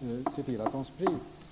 som ser till att den sprids.